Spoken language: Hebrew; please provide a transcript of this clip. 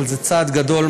אבל זה צעד גדול,